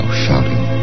shouting